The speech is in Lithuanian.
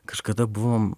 kažkada buvom